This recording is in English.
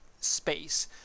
space